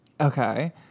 Okay